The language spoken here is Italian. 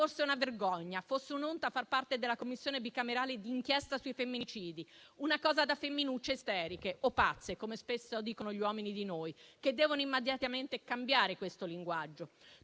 fosse una vergogna, fosse un'onta far parte della Commissione bicamerale di inchiesta sui femminicidi: quasi fosse una cosa da femminucce isteriche o pazze, come spesso dicono gli uomini di noi, che devono immediatamente cambiare questo linguaggio.